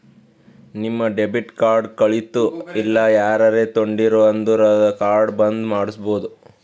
ನಿಮ್ debit card ಕಳಿತು ಇಲ್ಲ ಯಾರರೇ ತೊಂಡಿರು ಅಂದುರ್ ಕಾರ್ಡ್ ಬಂದ್ ಮಾಡ್ಸಬೋದು